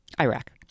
Iraq